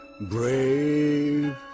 Brave